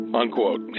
unquote